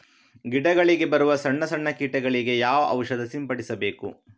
ಗಿಡಗಳಿಗೆ ಬರುವ ಸಣ್ಣ ಸಣ್ಣ ಕೀಟಗಳಿಗೆ ಯಾವ ಔಷಧ ಸಿಂಪಡಿಸಬೇಕು?